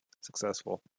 successful